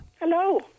Hello